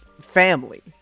family